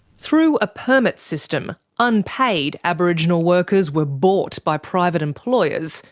through a permit system, unpaid aboriginal workers were bought by private employers,